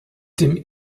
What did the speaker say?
dem